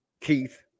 Keith